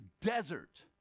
desert